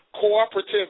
cooperative